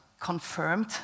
confirmed